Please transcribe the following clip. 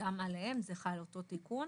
גם עליהם זה חל אותו תיקון.